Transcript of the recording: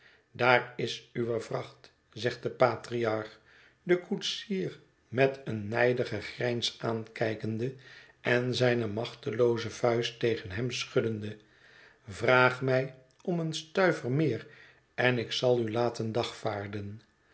daar is uwe vracht zegt de patriarch den koetsier met een nijdigen grijns aankijkende en zijne machtelooze vuist tegen hem schuddende vraag mij om een stuiver meer en ik zal u laten dagvaarden